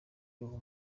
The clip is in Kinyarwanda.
uwo